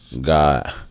God